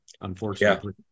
unfortunately